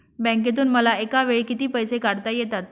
बँकेतून मला एकावेळी किती पैसे काढता येतात?